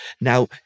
Now